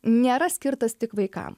nėra skirtas tik vaikam